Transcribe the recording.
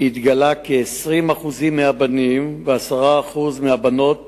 התגלה כי 20% מהבנים ו-10% מהבנות